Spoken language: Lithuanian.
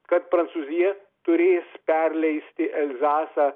kad prancūzija turės perleisti elzasą